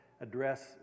address